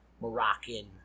Moroccan